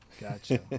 Gotcha